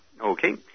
Okay